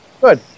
good